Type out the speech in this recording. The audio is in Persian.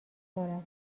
دارد